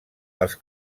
els